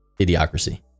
idiocracy